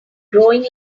growing